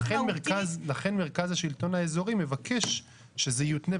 לכן מרכז השלטון האזורי מבקש שזה יותנה,